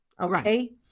okay